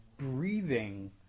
breathing